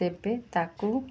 ତେବେ ତାକୁ